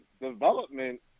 development